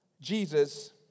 Jesus